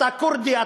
אתה כורדי,